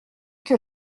que